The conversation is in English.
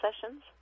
sessions